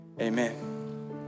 amen